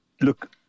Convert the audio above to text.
look